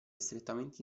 strettamente